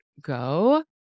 go